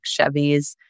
Chevys